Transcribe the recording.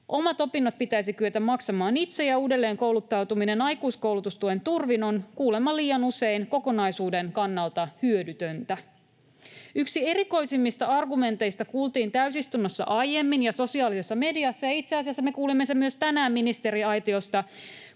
Omat opinnot pitäisi kyetä maksamaan itse, ja uudelleenkouluttautuminen aikuiskoulutustuen turvin on kuulemma liian usein kokonaisuuden kannalta hyödytöntä. Yksi erikoisimmista argumenteista kuultiin täysistunnossa aiemmin ja sosiaalisessa mediassa, ja itse asiassa me kuulimme sen myös tänään ministeriaitiosta